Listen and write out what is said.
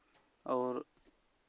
और